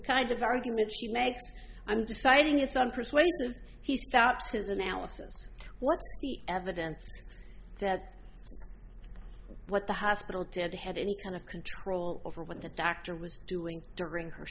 kind of argument she makes i'm deciding it's unpersuasive he stops his analysis what evidence that what the hospital did had any kind of control over what the doctor was doing during her